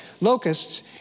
locusts